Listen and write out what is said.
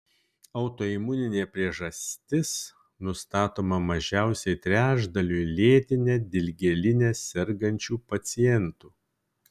autoimuninė priežastis nustatoma mažiausiai trečdaliui lėtine dilgėline sergančių pacientų